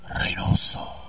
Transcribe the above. Reynoso